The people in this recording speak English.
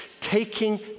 taking